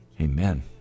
Amen